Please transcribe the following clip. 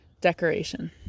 decoration